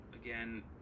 again